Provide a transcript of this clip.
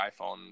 iPhone